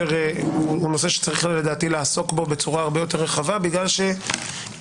נושא שצריך לעסוק בו בצורה הרבה יותר רחבה בגלל שבכל